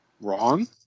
wrong